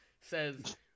says